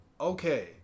Okay